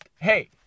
hey